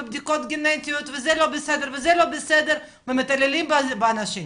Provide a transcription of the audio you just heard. ובדיקות גנטיות וזה לא בסדר וזה לא בסדר ומתעללים באנשים.